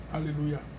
Hallelujah